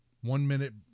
one-minute